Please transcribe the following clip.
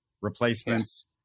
replacements